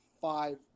five